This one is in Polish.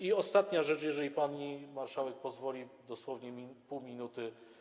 I ostatnia rzecz, jeżeli pani marszałek pozwoli, dosłownie pół minuty.